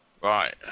Right